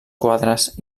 quadres